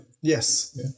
Yes